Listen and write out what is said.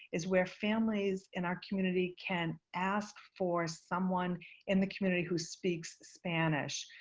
is where families in our community can ask for someone in the community who speaks spanish.